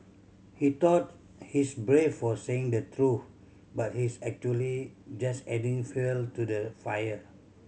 he thought he's brave for saying the truth but he's actually just adding fuel to the fire